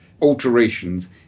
alterations